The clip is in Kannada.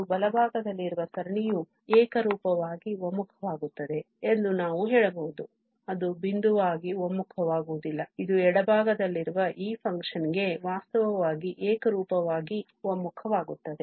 ಮತ್ತು ಬಲಭಾಗದಲ್ಲಿರುವ ಸರಣಿಯು ಏಕರೂಪವಾಗಿ ಒಮ್ಮುಖವಾಗುತ್ತದೆ ಎಂದು ನಾವು ಹೇಳಬಹುದು ಅದು ಬಿಂದುವಾಗಿ ಒಮ್ಮುಖವಾಗುವುದಿಲ್ಲ ಇದು ಎಡಭಾಗದಲ್ಲಿರುವ ಈ function ಗೆ ವಾಸ್ತವವಾಗಿ ಏಕರೂಪವಾಗಿ ಒಮ್ಮುಖವಾಗುತ್ತದೆ